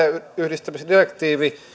perheenyhdistämisdirektiivi